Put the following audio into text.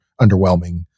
underwhelming